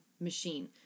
machine